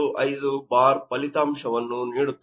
375 bar ಫಲಿತಾಂಶವನ್ನು ನೀಡುತ್ತದೆ